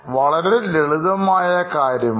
വളരെ ലളിതമായ കാര്യമാണ്